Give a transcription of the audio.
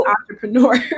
entrepreneur